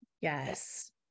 Yes